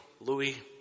Louis